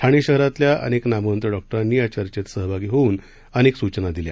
ठाणे शहरातील अनेक नामवंत डॉक्टरांनी या चर्चेत सहभागी होऊन अनेक सूचना दिल्या